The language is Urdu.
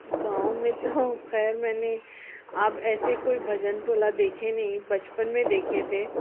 گاؤں میں تو خیر میں نے اب ایسے کوئی بھجن ٹولہ دیکھے نہیں بچپن میں دیکھے تھے